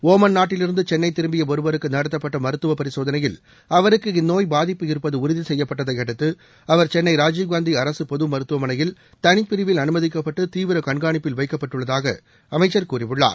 Oman நாட்டிலிருந்து சென்னை திரும்பிய ஒருவருக்கு நடத்தப்பட்ட முந்தவ பரிசோதனையில் அவருக்கு இந்நோய் பாதிப்பு இருப்பது உறுதி செய்யப்பட்டதையடுத்து அவர் சென்னை ராஜீவ்காந்தி அரசு பொது மருத்துவமனையில் தனிப்பிரிவில் அனுமதிக்கப்பட்டு தீவிர கண்காணிப்பில் வைக்கப்பட்டுள்ளதாக அமைச்சர் கூறியுள்ளார்